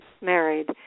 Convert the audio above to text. married